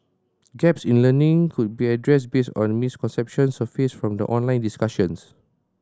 gaps in learning could be addressed based on misconceptions surfaced from the online discussions